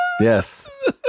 yes